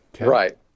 right